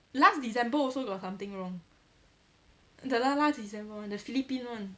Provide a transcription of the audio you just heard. last december also got something wrong the last last december [one] the philippines [one]